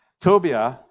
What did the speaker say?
Tobiah